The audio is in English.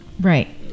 Right